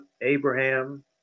Abraham